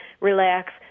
relax